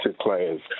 players